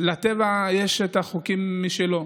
לטבע יש חוקים משלו,